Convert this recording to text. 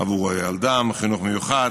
עבור ילדם: חינוך מיוחד,